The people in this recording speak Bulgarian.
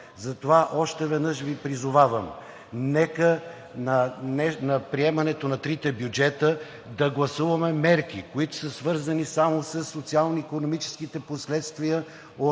Затова още веднъж Ви призовавам: нека на приемането на трите бюджета да гласуваме мерки, които са свързани само със социално-икономическите последствия